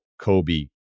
Kobe